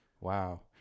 Wow